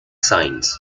signs